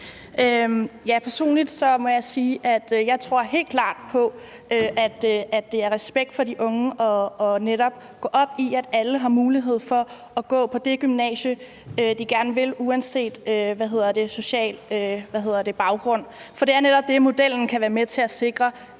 jeg helt klart tror på, at det netop er respekt for de unge at gå op i, at alle har mulighed for at gå på det gymnasie, de gerne vil, uanset social baggrund. For det er netop det, modellen kan være med til at sikre